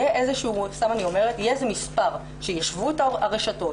יהיה איזה מספר שישבו איתו הרשתות,